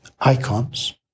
icons